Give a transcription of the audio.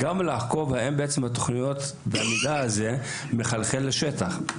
חשוב גם לעקוב האם התוכניות והמידע הזה מחלחלים לשטח,